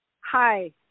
Hi